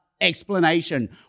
explanation